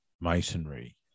masonry